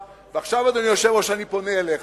ואני פונה אל מזכיר הממשלה,